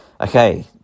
Okay